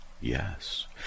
yes